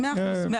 כן.